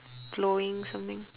blowing something